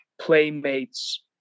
playmates